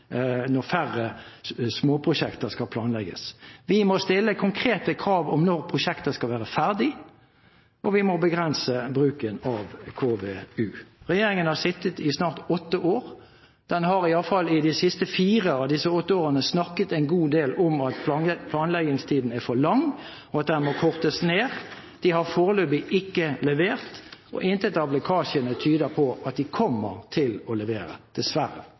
når færre småprosjekter skal planlegges. Vi må stille konkrete krav om når prosjekter skal være ferdig, og vi må begrense bruken av KVU. Regjeringen har sittet i snart åtte år. Den har iallfall i de siste fire av disse åtte årene snakket en god del om at planleggingstiden er for lang, og at den må kortes ned. De har foreløpig ikke levert, og ingenting fra lekkasjene tyder på at de kommer til å levere – dessverre.